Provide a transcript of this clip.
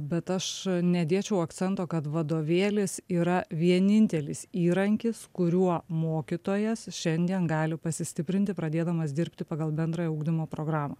bet aš nedėčiau akcento kad vadovėlis yra vienintelis įrankis kuriuo mokytojas šiandien gali pasistiprinti pradėdamas dirbti pagal bendrojo ugdymo programą